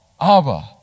Abba